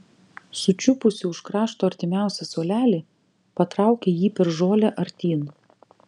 sučiupusi už krašto artimiausią suolelį patraukė jį per žolę artyn